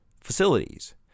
facilities